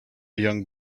young